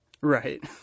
Right